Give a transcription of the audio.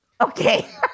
Okay